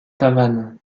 tavannes